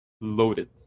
loaded